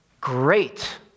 great